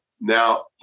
Now